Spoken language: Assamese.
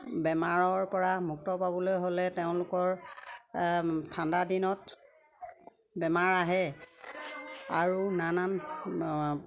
বেমাৰৰ পৰা মুক্ত পাবলৈ হ'লে তেওঁলোকৰ ঠাণ্ডা দিনত বেমাৰ আহে আৰু নানান